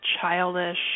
childish